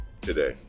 today